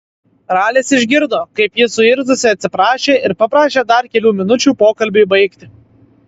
ralis išgirdo kaip ji suirzusi atsiprašė ir paprašė dar kelių minučių pokalbiui baigti